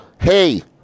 Hey